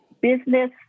business